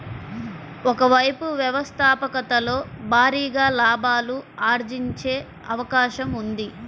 ఒక వైపు వ్యవస్థాపకతలో భారీగా లాభాలు ఆర్జించే అవకాశం ఉంది